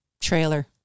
trailer